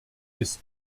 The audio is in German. ist